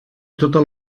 tota